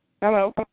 Hello